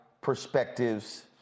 perspectives